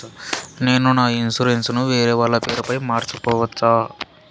నేను నా ఇన్సూరెన్సు ను వేరేవాళ్ల పేరుపై మార్సుకోవచ్చా?